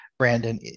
Brandon